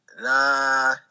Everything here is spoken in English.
Nah